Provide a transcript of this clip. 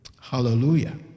Hallelujah